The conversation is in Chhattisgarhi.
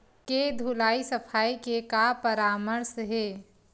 के धुलाई सफाई के का परामर्श हे?